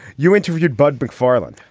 you interviewed bud mcfarlane.